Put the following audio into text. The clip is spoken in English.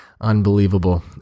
Unbelievable